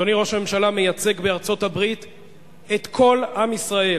אדוני ראש הממשלה מייצג בארצות-הברית את כל עם ישראל,